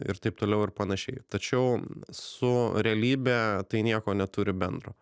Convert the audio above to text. ir taip toliau ir panašiai tačiau su realybe tai nieko neturi bendro